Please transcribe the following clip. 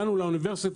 מי נמצא פה מטעם האוצר?